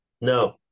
No